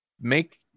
make